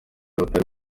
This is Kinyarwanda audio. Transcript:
batari